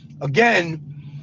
Again